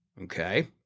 Okay